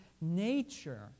nature